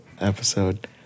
episode